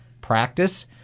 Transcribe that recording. practice